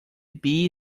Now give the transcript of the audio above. bee